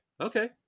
okay